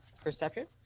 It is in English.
Perception